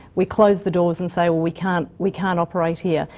we close the doors and say, we can't we can't operate here.